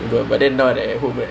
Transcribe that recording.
but but then not at home